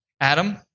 Adam